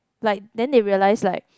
like then they realise like